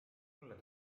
mulle